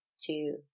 two